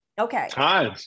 Okay